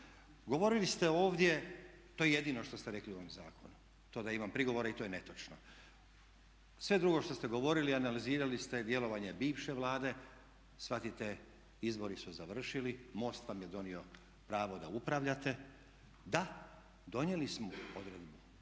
Govorili ste ovdje, to je jedino što ste rekli o ovom zakonu, to da imam prigovore i to je netočno. Sve drugo što ste govorili, analizirali ste djelovanje bivše Vlade, shvatite izbori su završili, MOST vam je donio pravo da upravljate. Da, donijeli smo odredbu,